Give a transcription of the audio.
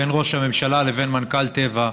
בין ראש הממשלה לבין מנכ"ל טבע,